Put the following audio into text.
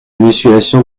musculation